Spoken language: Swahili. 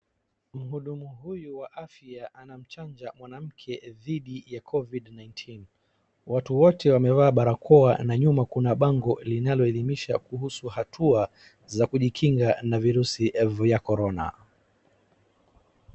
Mhudumu huyu wa afya anamchanja mwanamke dhidi ya Covid nineteen .Watu wote wamevaa barakoa na nyuma kuna bango linaloelimisha kuhusu hatua za kujikinga na virusi vya Korona.